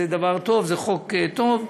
זה דבר טוב, זה חוק טוב.